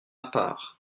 part